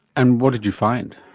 and what did you find?